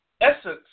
essence